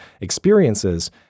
experiences